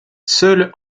seule